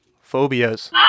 phobias